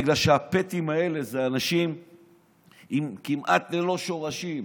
בגלל שהפתיים האלה הם אנשים כמעט ללא שורשים,